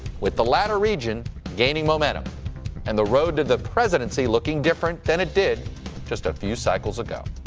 with the latter region gaining momentum and the road to the presidency looking different than it did just a few cycles ago.